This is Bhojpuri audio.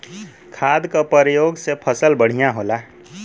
खाद क परयोग से फसल बढ़िया होला